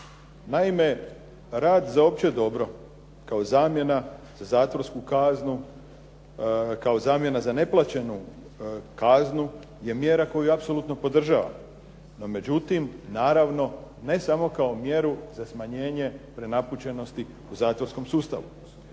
Naime, rad za opće dobro kao zamjena za zatvorsku kaznu, kao zamjena za neplaćenu kaznu je mjera koju ja apsolutno podržavam. No međutim, naravno ne samo kao mjeru za smanjenje prenapučenosti u zatvorskom sustavu.